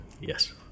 Yes